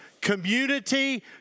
community